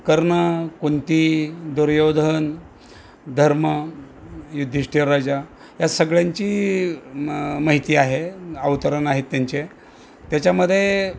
कर्ण कुंती दुर्योधन धर्म युद्धिष्ठिरराजा या सगळ्यांची माहिती आहे अवतरण आहेत त्यांचे त्याच्यामध्ये